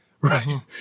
Right